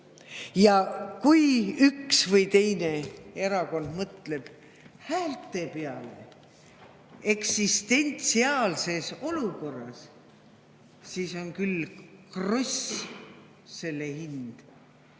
Kui üks või teine erakond mõtleb häälte peale eksistentsiaalses olukorras, siis on küll kross selle hind.